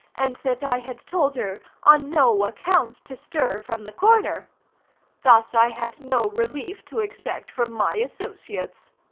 and that i had told her on no account to stir from the corner thus i had no relief to expect from my associates.